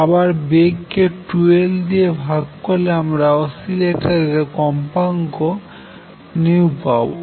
আবার বেগ কে 2L দিয়ে ভাগ করলে আমরা অসিলেটর এর কম্পাঙ্ক পাবো